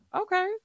Okay